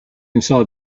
inside